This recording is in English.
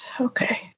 Okay